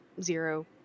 zero